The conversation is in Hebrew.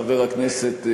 חבר הכנסת,